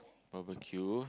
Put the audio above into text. barbecue